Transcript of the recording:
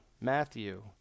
Matthew